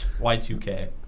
Y2K